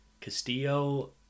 Castillo